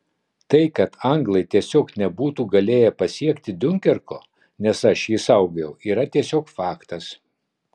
tai kad anglai tiesiog nebūtų galėję pasiekti diunkerko nes aš jį saugojau yra tiesiog faktas